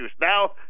Now